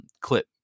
clip